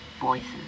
voices